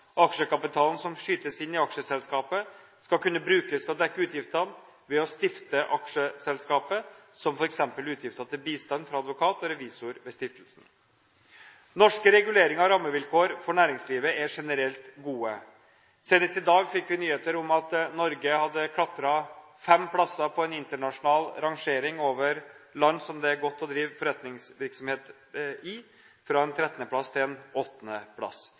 Aksjekapitalen som skytes inn i aksjeselskapet, skal kunne brukes til å dekke utgiftene ved å stifte aksjeselskapet, som f.eks. ved utgifter til bistand fra advokat og revisor ved stiftelsen. Norske reguleringer av rammevilkår for næringslivet er generelt gode. Senest i dag fikk vi nyheter om at Norge hadde klatret fem plasser på en internasjonal rangering over land som det er godt å drive forretningsvirksomhet i – fra en 13. plass til en 8. plass.